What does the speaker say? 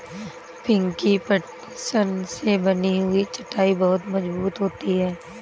पिंकी पटसन से बनी हुई चटाई बहुत मजबूत होती है